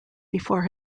before